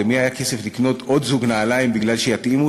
למי היה כסף לקנות עוד זוג נעליים בשביל שיתאימו?